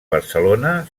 barcelona